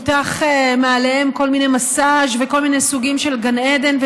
שמובטחים עליהם כל מיני מסאז'ים וכל מיני סוגים של גן עדן,